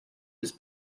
was